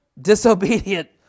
disobedient